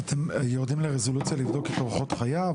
אתם יורדים לרזולוציה לבדוק את אורחות חייו,